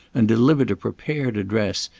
and delivered a prepared address,